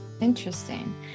Interesting